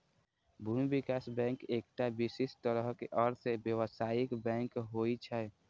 भूमि विकास बैंक एकटा विशिष्ट तरहक अर्ध व्यावसायिक बैंक होइ छै